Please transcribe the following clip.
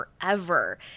forever